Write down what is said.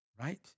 right